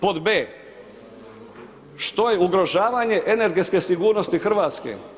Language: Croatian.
Pod B. što je ugrožavanje energetske sigurnosti Hrvatske?